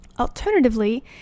Alternatively